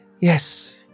Yes